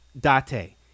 Date